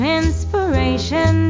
inspiration